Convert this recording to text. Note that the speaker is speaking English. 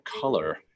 color